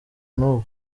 nubu